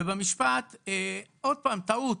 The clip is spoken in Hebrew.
ובמשפט עוד פעם, טעות,